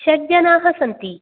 षड्जनाः सन्ति